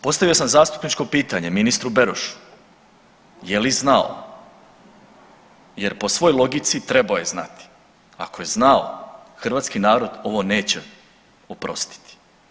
Postavio sam zastupničko pitanje ministru Berošu je li znao jer po svoj logici trebao je znati, ako je znao hrvatski narod ovo neće oprostiti.